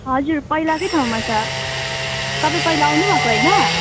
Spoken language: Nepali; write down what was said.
हजुर पहिलाकै ठाउँमा छ तपाईँ पहिला आउनुभएको हैन